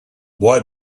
boy